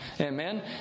Amen